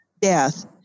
death